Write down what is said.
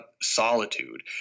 solitude